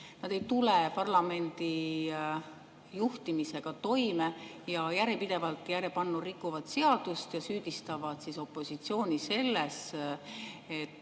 nad ei tule parlamendi juhtimisega toime ja järjepidevalt, järjepannu rikuvad seadust ja süüdistavad opositsiooni selles, et